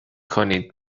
کنید